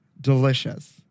Delicious